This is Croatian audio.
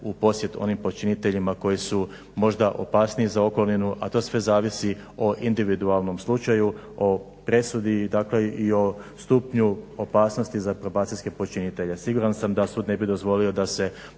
u posjet onim počiniteljima koji su možda opasniji za okolinu, a to sve zavisi o individualnom slučaju, o presudi i dakle i o stupnju opasnosti za probacijske počinitelje. Siguran sam da sud ne bi dozvolio da se